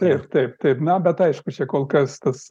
taip taip taip na bet aišku čia kol kas tas